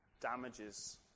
damages